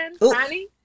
honey